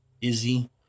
Izzy